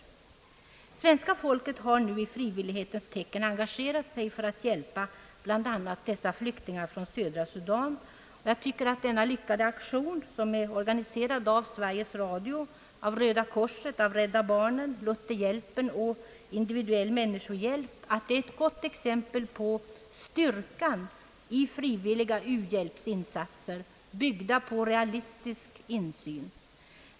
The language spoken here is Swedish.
Det svenska folket har nu i frivillighetens tecken engagerat sig för att hjälpa bl.a. dessa flyktingar från södra Sudan. Jag tycker att denna lyckade aktion, som är organiserad av Sveriges Radio, Röda korset, Rädda barnen, Lutherhjälpen och Individuell människohjälp, är ett gott exempel på styr kan i frivilliga u-hjälpsinsatser byggda på en realistisk insyn.